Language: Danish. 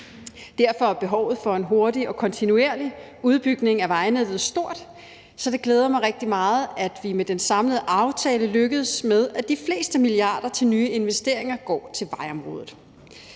Derfor er behovet for en hurtig og kontinuerlig udbygning af vejnettet stort, så det glæder mig rigtig meget, at vi med den samlede aftale er lykkedes med, at de fleste milliarder til nye investeringer går til vejområdet.